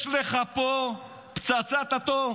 יש לך פה פצצת אטום